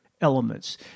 elements